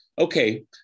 Okay